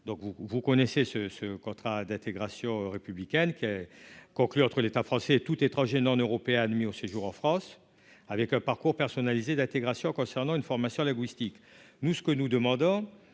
vous connaissez ce ce contrat d'intégration républicaine qui est conclu entre l'État français tout trop gênant en Europe admis au séjour en France avec un parcours personnalisé d'intégration concernant une formation linguistique, nous ce que nous demandons,